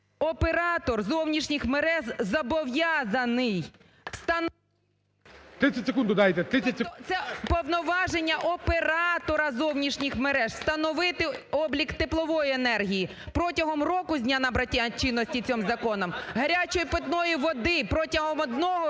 секунд. БАБАК А.В. Тобто це повноваження оператора зовнішніх мереж встановити облік теплової енергії протягом року з дня набрання чинності цим законом, гарячої питної води – протягом одного року,